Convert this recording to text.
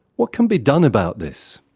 what can be done about this?